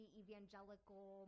evangelical